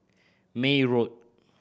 May Road